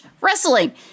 wrestling